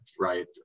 right